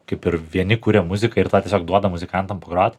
kaip ir vieni kuria muziką ir tada tiesiog duoda muzikantam pagrot